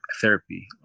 therapy